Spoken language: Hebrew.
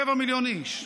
רבע מיליון איש.